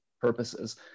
purposes